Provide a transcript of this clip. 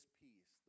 peace